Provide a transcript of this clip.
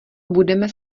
budeme